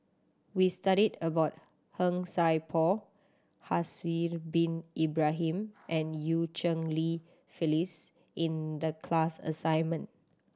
we studied about Han Sai Por Haslir Bin Ibrahim and Eu Cheng Li Phyllis in the class assignment